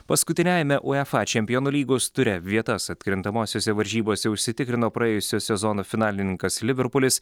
paskutiniajame uefa čempionų lygos ture vietas atkrintamosiose varžybose užsitikrino praėjusio sezono finalininkas liverpulis